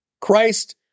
Christ